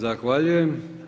Zahvaljujem.